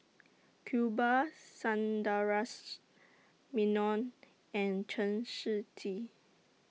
Iqbal Sundaresh Menon and Chen Shiji